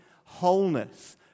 wholeness